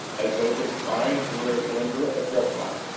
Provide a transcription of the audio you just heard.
as though their spines were as limber as reptiles'.